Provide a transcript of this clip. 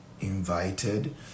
invited